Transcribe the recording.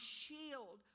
shield